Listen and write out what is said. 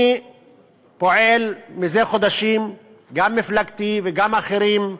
אני פועל מזה חודשים, גם מפלגתי וגם אחרים,